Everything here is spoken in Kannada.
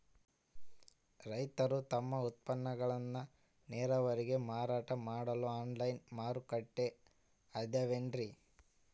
ರೈತರು ತಮ್ಮ ಉತ್ಪನ್ನಗಳನ್ನ ನೇರವಾಗಿ ಮಾರಾಟ ಮಾಡಲು ಆನ್ಲೈನ್ ಮಾರುಕಟ್ಟೆ ಅದವೇನ್ರಿ?